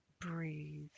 breathe